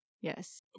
Yes